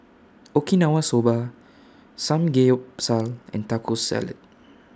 Okinawa Soba Samgeyopsal and Taco Salad